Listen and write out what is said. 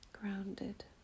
grounded